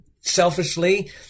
selfishly